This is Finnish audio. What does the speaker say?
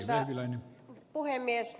arvoisa puhemies